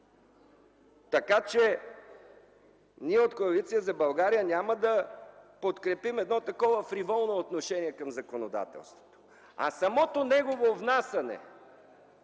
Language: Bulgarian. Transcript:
така че ние от Коалиция за България няма да подкрепим едно такова фриволно отношение към законодателството. Неговото внасяне